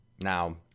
Now